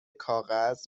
کاغذ